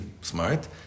smart